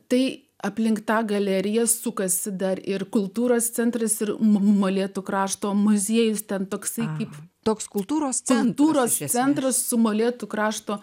tai aplink tą galeriją sukasi dar ir kultūros centras ir molėtų krašto muziejus ten toksai kaip toks kultūros centras iš esmės centras su molėtų krašto